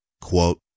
Quote